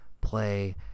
play